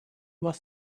was